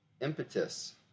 impetus